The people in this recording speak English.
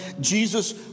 Jesus